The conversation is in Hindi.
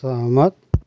सहमत